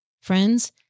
Friends